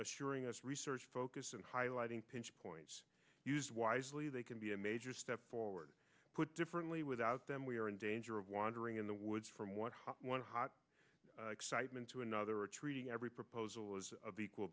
assuring us research focus and highlighting pinch points used wisely they can be a major step forward put differently without them we are in danger of wandering in the woods from one hot one hot excitement to another or treating every proposal as of equal